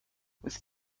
with